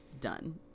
done